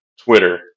Twitter